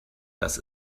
dass